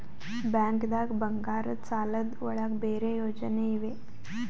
ಬ್ಯಾಂಕ್ದಾಗ ಬಂಗಾರದ್ ಸಾಲದ್ ಒಳಗ್ ಬೇರೆ ಯೋಜನೆ ಇವೆ?